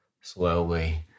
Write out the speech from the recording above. slowly